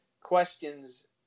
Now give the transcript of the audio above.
questions